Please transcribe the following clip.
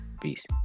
Peace